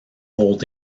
old